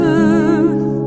earth